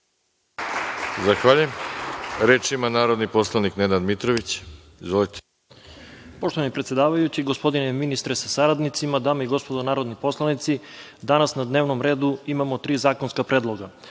Zahvaljujem. Reč ima narodni poslanik Nenad Mitrović. Izvolite. **Nenad A. Mitrović** Poštovani predsedavajući, gospodine ministre sa saradnicima, dame i gospodo narodni poslanici, danas na dnevnom redu imamo tri zakonska predloga